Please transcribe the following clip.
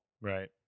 Right